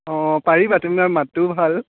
অ' পাৰিবা তোমাৰ মাতটোও ভাল